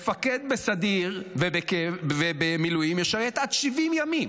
מפקד בסדיר ובמילואים, ישרת עד 70 ימים,